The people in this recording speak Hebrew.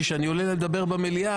כי כשאני עולה לדבר במליאה,